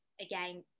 again